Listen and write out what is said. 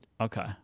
Okay